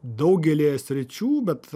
daugelyje sričių bet